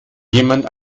jemand